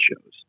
shows